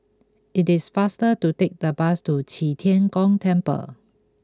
it is faster to take the bus to Qi Tian Gong Temple